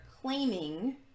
claiming